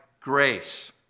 grace